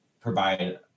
provide